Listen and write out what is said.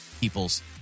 people's